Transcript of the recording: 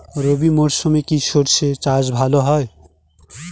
রবি মরশুমে কি সর্ষে চাষ ভালো হয়?